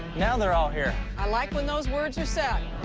now they're all here i like when those words are set